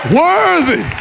worthy